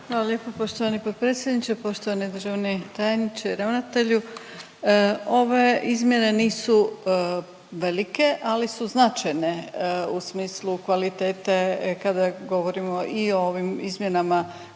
Hvala lijepa poštovani potpredsjedniče. Poštovani državni tajniče i ravnatelju ove izmjene nisu velike, ali su značajne u smislu kvalitete kada govorimo i o ovim izmjenama